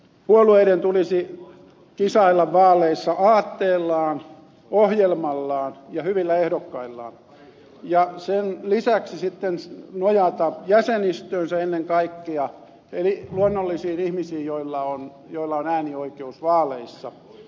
puolueiden tulisi kisailla vaaleissa aatteellaan ohjelmallaan ja hyvillä ehdokkaillaan ja sen lisäksi sitten nojata ennen kaikkea jäsenistöönsä eli luonnollisiin ihmisiin joilla on äänioikeus vaaleissa